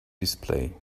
display